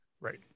Right